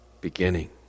beginning